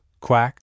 Quack